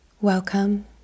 Welcome